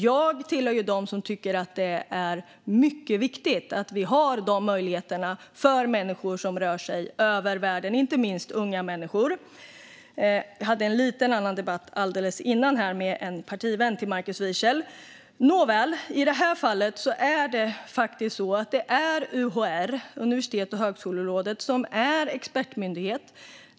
Jag hör till dem som tycker att det är mycket viktigt att vi har dessa möjligheter för människor som rör sig över världen, inte minst unga människor. Jag hade en lite annan debatt här nyss med en partivän till Markus Wiechel. Nåväl, i det här fallet är det så att det är UHR, Universitets och högskolerådet, som är expertmyndighet.